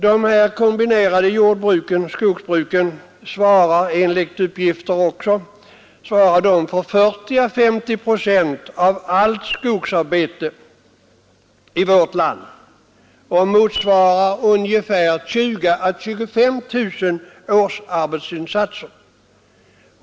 De kombinerade jordoch skogsbruken svarar enligt uppgift också för 40 å 50 procent av allt skogsarbete i vårt land, och de motsvarar ungefär 20000 å 25 000 årsarbetsinsatser.